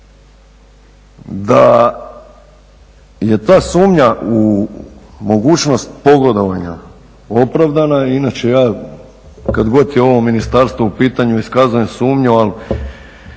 Da je ta sumnja u mogućnost pogodovanja opravdana, inače ja kada god je ovo Ministarstvo u pitanju iskazujem sumnju ali